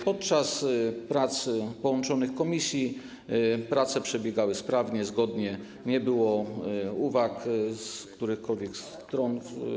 Podczas prac połączonych komisji prace przebiegały sprawnie, zgodnie, nie było uwag z którejkolwiek strony.